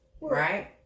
right